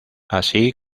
así